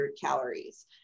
calories